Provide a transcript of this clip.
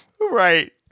Right